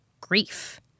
Grief